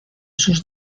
sus